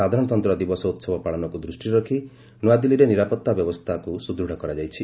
ସାଧାରଣତନ୍ତ୍ର ଦିବସ ଉତ୍ସବ ପାଳନକୁ ଦୃଷ୍ଟିରେ ରଖି ନୂଆଦିଲ୍ଲୀରେ ନିରାପତ୍ତା ବ୍ୟବସ୍ଥାକୁ ସୁଦୃତ୍ତ କରାଯାଇଛି